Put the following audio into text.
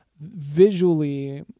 visually